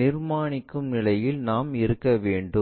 நிர்மாணிக்கும் நிலையில் நாம் இருக்க வேண்டும்